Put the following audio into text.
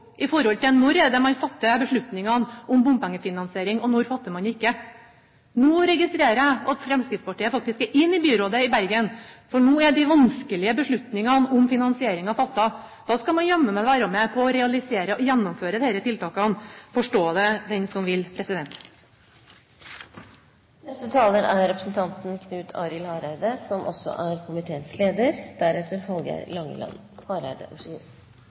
når man fatter beslutningene om bompengefinansiering, og når man ikke fatter dem. Nå registrerer jeg at Fremskrittspartiet faktisk er inne i byrådet i Bergen, for nå er de vanskelige beslutningene om finansieringen fattet. Da skal man være med på å realisere og gjennomføre disse tiltakene. Forstå det den som vil! Eg synest det er spennande å følgje Framstegspartiet i denne debatten – partiet som